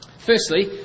Firstly